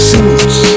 Suits